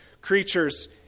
creatures